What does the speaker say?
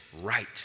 right